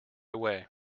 away